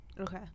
Okay